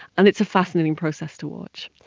and it's a fascinating process to watch.